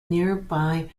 nearby